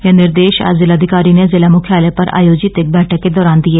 यह निर्देश आज जिलाधिकारी ने जिला मुख्यालय पर आयोजित एक बैठक के दौरान दिए